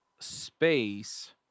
space